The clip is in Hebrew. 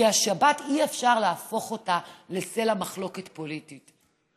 כי השבת, אי-אפשר להפוך אותה לסלע מחלוקת פוליטית.